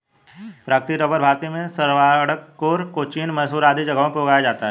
प्राकृतिक रबर भारत में त्रावणकोर, कोचीन, मैसूर आदि जगहों पर उगाया जाता है